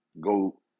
go